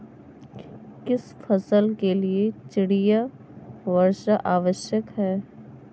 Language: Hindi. किस फसल के लिए चिड़िया वर्षा आवश्यक है?